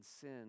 sin